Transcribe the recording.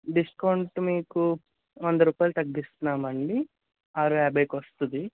discount మీకు వంద రూపాయలు తగ్గిస్తున్నాం అండీ ఆరు యాభైకి వస్తుంది